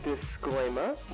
Disclaimer